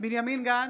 בנימין גנץ,